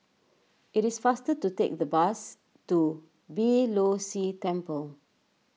it is faster to take the bus to Beeh Low See Temple